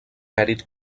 mèrit